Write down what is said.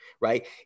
right